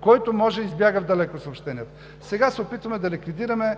Който можа, избяга в далекосъобщенията, сега се опитваме да ликвидираме